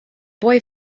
boy